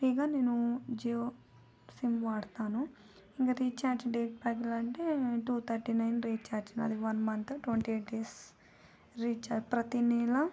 ఫ్రీగా నేను జియో సిమ్ వాడతాను ఇంకా రీచార్జ్ డేట్ ప్యాక్లంటే టూ థర్టీ నైన్ రీచార్జ్ నాది one month twenty eight days recharge ప్రతి నెల